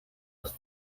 was